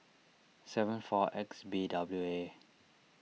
seven four X B W A